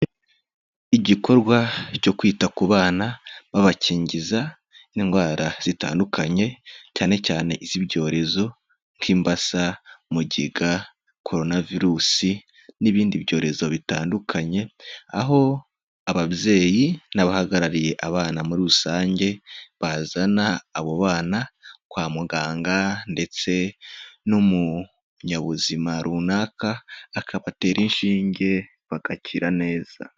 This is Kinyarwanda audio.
Igikorwa cyo kwita ku bana, babakingiza indwara zitandukanye, cyane cyane iz'ibyorezo nk'imbasa, mugiga, Corona virus n'ibindi byorezo bitandukanye, aho ababyeyi n'abahagarariye abana muri rusange, bazana abo bana kwa muganga ndetse n'umunyabuzima runaka, akabatera inshinge bagakira neza.